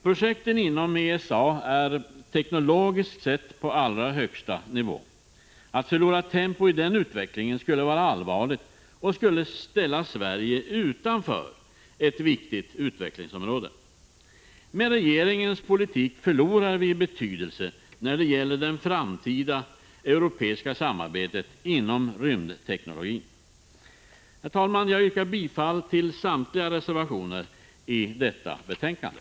Projekten inom ESA är teknologiskt på allra högsta nivå. Att förlora tempo i den utvecklingen skulle vara allvarligt och ställa Sverige utanför ett viktigt utvecklingsområde. Med regeringens politik förlorar vi i betydelse i det framtida europeiska samarbetet inom rymdteknologin. Herr talman! Jag yrkar bifall till samtliga reservationer i detta betänkande.